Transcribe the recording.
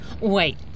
Wait